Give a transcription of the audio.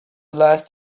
last